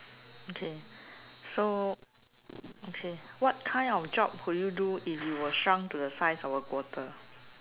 okay so okay what kind of job would you do if you were shrunk to the size of a quarter